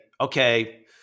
okay